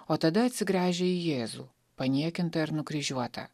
o tada atsigręžia į jėzų paniekintą ir nukryžiuotą